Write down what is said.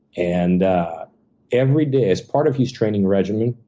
and every day, as part of his training regimen,